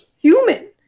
human